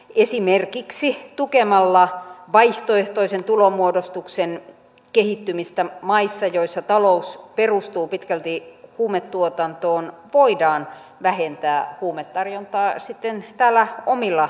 esimerkiksi tukemalla vaihtoehtoisen tulonmuodostuksen kehittymistä maissa joissa talous perustuu pitkälti huumetuotantoon voidaan vähentää huumetarjontaa sitten täällä omilla kotikulmillamme